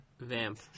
Vamp